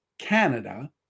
canada